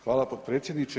Hvala potpredsjedniče.